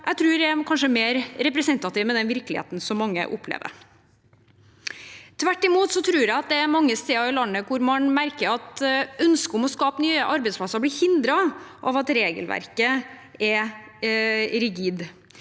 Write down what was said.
tror kanskje er mer representativ for den virkeligheten som mange opplever. Jeg tror tvert imot at man mange steder i landet merker at ønsket om å skape nye arbeidsplasser blir hindret av at regelverket er rigid.